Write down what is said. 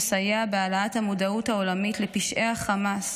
יסייע בהעלאת המודעות העולמית לפשעי החמאס